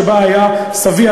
שבה היה סבי,